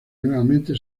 nuevamente